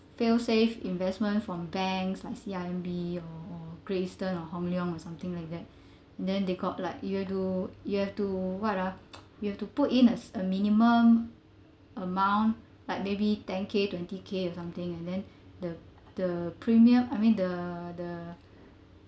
fail safe investments from banks like C_I_M_B or or Great Eastern or Hong Leong or something like that then they got like you have to you have to what ah you have to put in a a minimum amount like maybe ten K twenty K or something and then the the premium I mean the(uh) the